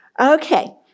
Okay